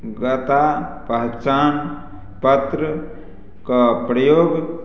पहचान पत्र के प्रयोग